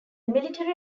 military